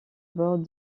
bord